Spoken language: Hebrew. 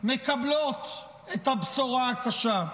מקבלות את הבשורה הקשה.